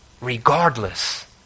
regardless